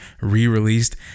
re-released